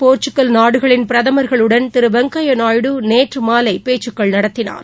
Portugal Greece நாடுகளின் பிரதமர்களுடன் திருவெங்கையாநாயுடு நேற்றுமாலைபேச்சுகள் நடத்தினார்